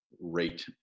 rate